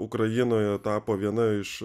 ukrainoje tapo viena iš